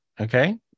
Okay